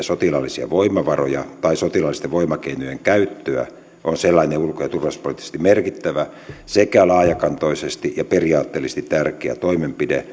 sotilaallisia voimavaroja tai sotilaallisten voimakeinojen käyttöä on sellainen ulko ja turvallisuuspoliittisesti merkittävä sekä laajakantoisesti ja periaatteellisesti tärkeä toimenpide